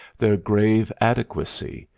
their grave adequacy,